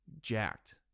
jacked